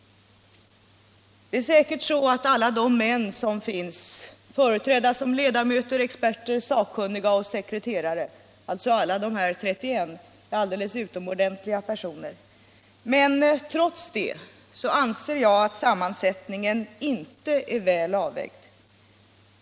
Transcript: Alla de män som ingår i delegationen såsom ledamöter, experter, sakkunniga och sekreterare, alltså alla 31, är säkert alldeles utomordentliga personer, men trots det anser jag att sammansättningen inte är väl avvägd.